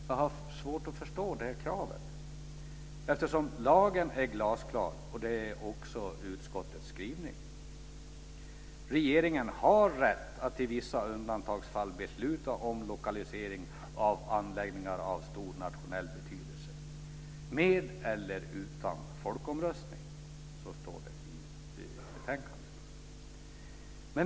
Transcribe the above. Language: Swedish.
Jag har svårt att förstå det kravet eftersom lagen är glasklar. Det är också utskottets skrivning. Regeringen har rätt att i vissa undantagsfall besluta om lokalisering av anläggningar av stor nationell betydelse, med eller utan folkomröstning. Så står det i betänkandet.